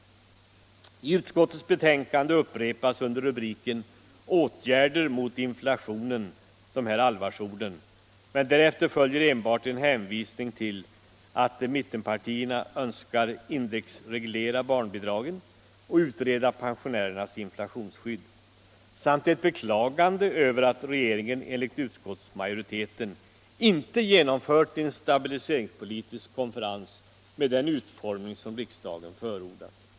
I finansutskottets betänkande upprepas under rubriken Åtgärder mot inflationen dessa allvarsord, men därefter följer enbart en hänvisning till att mittenpartierna önskar indexreglera barnbidragen och utreda pensionärernas inflationsskydd samt ett beklagande av att regeringen enligt utskottsmajoriteten inte genomfört en stabiliseringspolitisk konferens med den utformning riksdagen förordat.